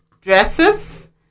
dresses